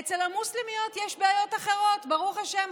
אצל המוסלמיות יש בעיות אחרות, ברוך השם.